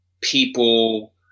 people